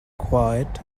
quite